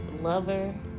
lover